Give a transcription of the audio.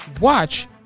watch